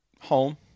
Home